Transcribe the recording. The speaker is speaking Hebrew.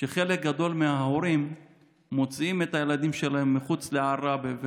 שחלק גדול מההורים מוציאים את הילדים מחוץ לעראבה,